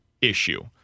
issue